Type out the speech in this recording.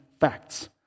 Facts